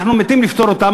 אנחנו מתים לפטור אותם,